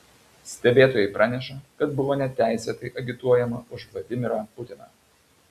stebėtojai praneša kad buvo neteisėtai agituojama už vladimirą putiną